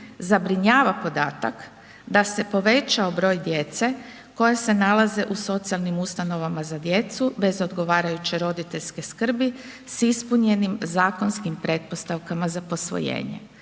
zabrinjava podatak da se povećao broj djece koja se nalaze u socijalnim ustanovama za djecu bez odgovarajuće roditeljske skrbi s ispunjenim zakonskim pretpostavkama za posvojenje.